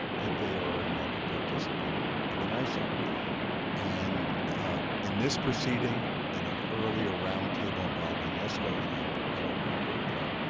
if they are a market participant of an iso. and ah in this proceeding and an earlier roundtable involving escrows ah well over a year ago,